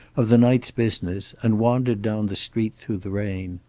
of the night's business, and wandered down the street through the rain.